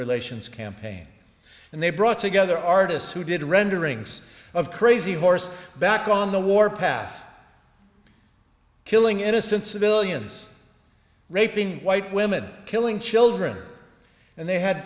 relations campaign and they brought together artists who did renderings of crazy horse back on the warpath killing innocent civilians raping white women killing children and they had